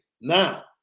Now